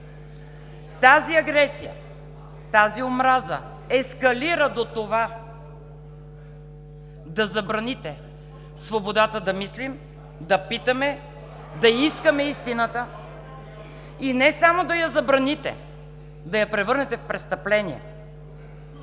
Тази агресия, тази омраза ескалира до това да забраните свободата да мислим, да питаме, да искаме истината, и не само да я забраните, да я превърнете в престъпление,